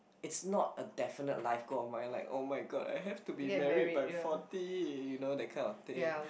it's not a definite life goal and I'm like oh-my-god I have to be married by forty you know that kind of thing